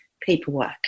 paperwork